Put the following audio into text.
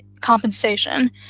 compensation